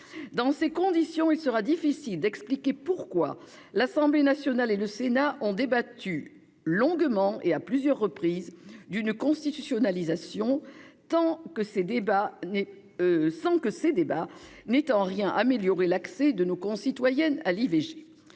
Dans ces conditions, il sera difficile d'expliquer pourquoi l'Assemblée nationale et le Sénat auront débattu longuement et à plusieurs reprises d'une éventuelle constitutionnalisation sans que ces débats aient en rien amélioré l'accès de nos concitoyennes à l'IVG.